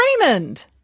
Raymond